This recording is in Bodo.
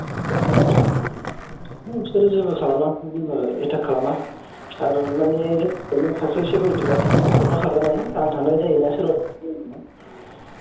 अ बेथ' मानसिफोरखौ जेबो खालामा जेबो एटाक खालामा आरो माने जों सासे सिकिउरिटि गार्ड हरफाखागोनानो आं थांनाय जायो ना सोरबा थांनाय जायो